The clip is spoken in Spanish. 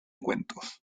cuentos